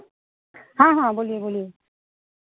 हाँ हाँ बोलिए बोलिए